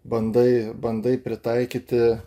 bandai bandai pritaikyti